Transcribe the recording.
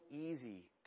easy